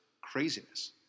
craziness